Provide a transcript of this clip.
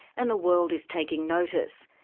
and the world is taking notice.